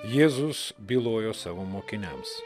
jėzus bylojo savo mokiniams